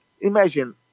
imagine